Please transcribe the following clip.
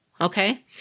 Okay